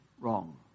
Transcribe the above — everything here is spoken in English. wrong